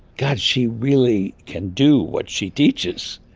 god she really can do what she teaches.